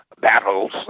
battles